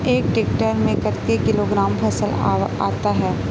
एक टेक्टर में कतेक किलोग्राम फसल आता है?